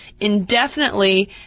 indefinitely